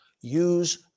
use